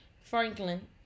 franklin